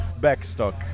Backstock